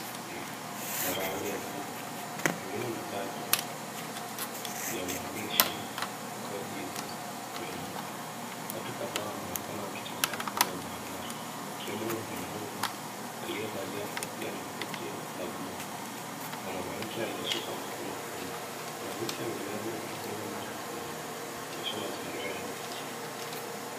Basi la rangi ya buluu pengine matatu ya maandishi God Jesus nyuma. Watu kadha wanaonekana wakitembea kando ya barabara, wakiwemo mwanaume aliyevalia kofia na koti ya buluu na mwanamke aliyeshika mfuko mwekundu. Kuna miti ya minazi na majengo marefu nyuma, yakionyesha mazingira ya jiji.